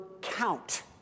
count